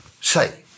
Say